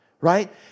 Right